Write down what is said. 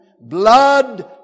Blood